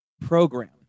program